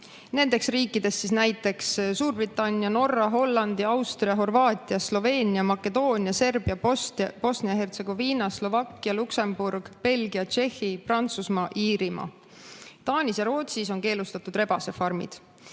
Need riigid on näiteks Suurbritannia, Norra, Holland, Austria, Horvaatia, Sloveenia, Makedoonia, Serbia, Bosnia ja Hertsegoviina, Slovakkia, Luksemburg, Belgia, Tšehhi, Prantsusmaa ja Iirimaa. Taanis ja Rootsis on keelustatud rebasefarmid